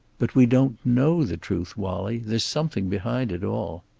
but we don't know the truth, wallie. there's something behind it all.